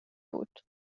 بود